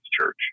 Church